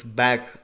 back